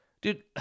Dude